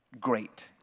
great